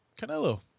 Canelo